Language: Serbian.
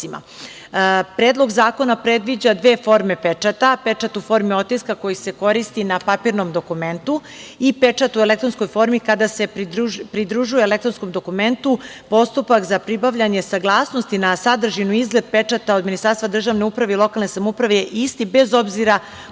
zakona predviđa dve forme pečata – pečat u formi otiska koji se koristi na papirnom dokumentu i pečat u elektronskoj formi kada se pridružuje elektronskom dokumentu. Postupak za pribavljanje saglasnosti na sadržinu i izgled pečata od Ministarstva državne uprave i lokalne samouprave je isti, bez obzira